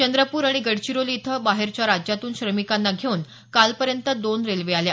चंद्रपूर आणि गडचिरोली इथं बाहेरच्या राज्यातून श्रमिकांना घेऊन कालपर्यंत दोन रेल्वे आल्या